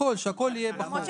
שהכול יהיה בחוק.